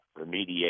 remediate